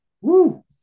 Woo